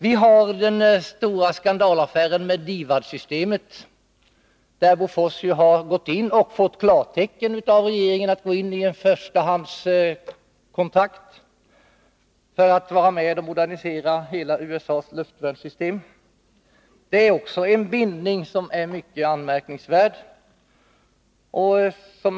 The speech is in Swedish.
Vi har den stora skandalaffären med DIVAD-systemet, där Bofors har gått in och fått klartecken av regeringen att medverka i ett förstahandskontrakt för att delta i moderniserandet av USA:s luftvärnssystem. Det är också en mycket anmärkningsvärd bindning.